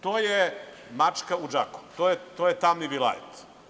To je mačka u džaku, to je tamni vilajet.